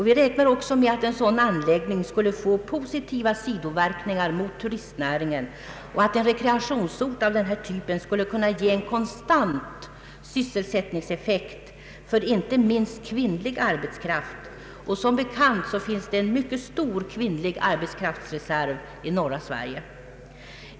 Vi räknar även med att en sådan anläggning skulle få positiva sidoverkningar mot turistnäringen och att en rekreationsort av denna typ skulle ge en konstant sysselsättning inte minst för kvinnlig arbetskraft. Som bekant finns en stor kvinnlig arbetskraftsreserv i norra Sverige.